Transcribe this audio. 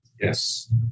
Yes